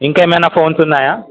ఇంకేమైనా ఫోన్స్ ఉన్నాయా